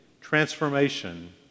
transformation